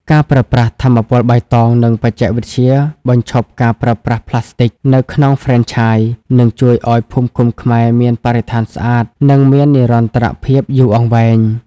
ការប្រើប្រាស់ "ថាមពលបៃតង និងបច្ចេកវិទ្យាបញ្ឈប់ការប្រើប្រាស់ផ្លាស្ទិក" នៅក្នុងហ្វ្រេនឆាយ នឹងជួយឱ្យភូមិឃុំខ្មែរមានបរិស្ថានស្អាត និងមាននិរន្តរភាពយូរអង្វែង។